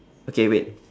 okay wait